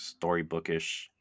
storybookish